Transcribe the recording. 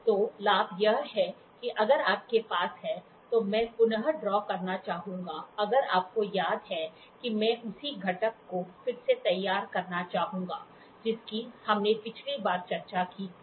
तो लाभ यह है कि अगर आपके पास है तो मैं पुनः ड्रा करना चाहूंगा अगर आपको याद है कि मैं उसी घटक को फिर से तैयार करना चाहूंगा जिसकी हमने पिछली बार चर्चा की थी